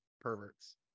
perverts